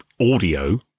audio